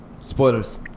Spoilers